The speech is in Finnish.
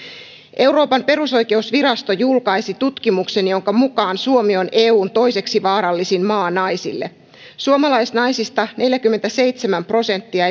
euroopan perusoikeusvirasto julkaisi tutkimuksen jonka mukaan suomi on eun toiseksi vaarallisin maa naisille suomalaisnaisista neljäkymmentäseitsemän prosenttia